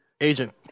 agent